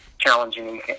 challenging